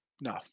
no